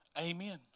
amen